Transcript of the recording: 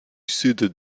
sud